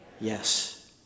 Yes